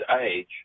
age